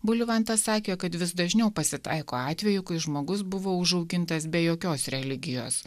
bulivantas sakė kad vis dažniau pasitaiko atvejų kai žmogus buvo užaugintas be jokios religijos